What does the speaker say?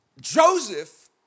Joseph